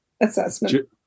assessment